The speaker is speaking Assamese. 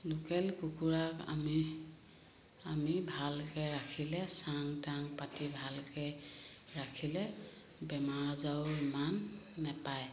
লোকেল কুকুৰাক আমি আমি ভালকে ৰাখিলে চাং টাং পাতি ভালকে ৰাখিলে বেমাৰ আজাৰো ইমান নেপায়